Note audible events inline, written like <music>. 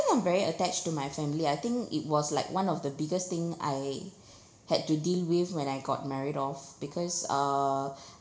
I'm very attached to my family I think it was like one of the biggest thing I <breath> had to deal with when I got married off because uh <breath>